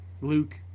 Luke